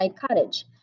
cottage